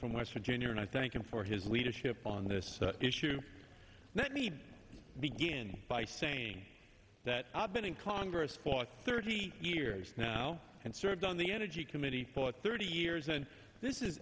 from west virginia and i thank him for his leadership on this issue let me begin by saying that i've been in congress for thirty years now and served on the energy committee for thirty years and this is